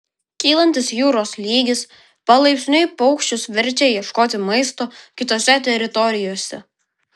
kylantis jūros lygis palaipsniui paukščius verčia ieškoti maisto kitose teritorijose